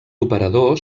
operador